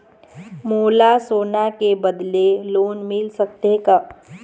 मोला सोना के बदले लोन मिल सकथे का?